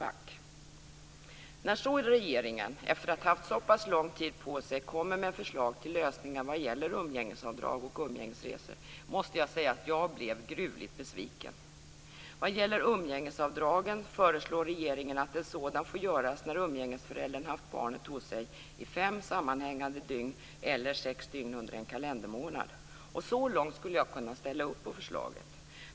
När så regeringen, efter att ha haft så lång tid på sig, kom med förslag till lösningar vad gäller umgängesavdrag och umgängesresor måste jag säga att jag blev gruvligt besviken. Vad gäller umgängesavdragen föreslår regeringen att ett sådant får göras när umgängesföräldern haft barnet hos sig i fem sammanhängande dygn eller i sex dygn under en kalendermånad. Så långt skulle jag kunna ställa upp på förslaget.